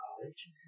College